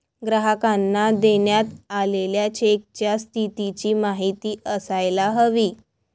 ग्राहकांना देण्यात आलेल्या चेकच्या स्थितीची माहिती असायला हवी